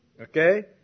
Okay